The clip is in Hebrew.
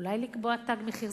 אולי לקבוע תג מחיר.